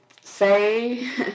say